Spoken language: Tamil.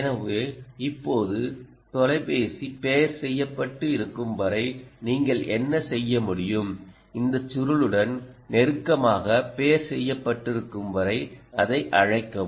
எனவே இப்போது தொலைபேசி பேர் செய்யப்பட்டு இருக்கும் வரை நீங்கள் என்ன செய்ய முடியும் இந்த சுருளுடன் நெருக்கமாக பேர் செய்யப்பட்டு இருக்கும் வரை அதை அழைக்கவும்